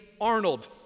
Arnold